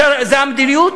זו המדיניות?